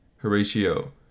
Horatio